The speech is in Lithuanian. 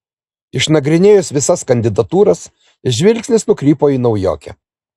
išnagrinėjus visas kandidatūras žvilgsnis nukrypo į naujokę